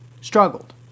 struggled